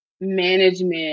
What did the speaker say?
management